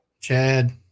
Chad